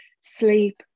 sleep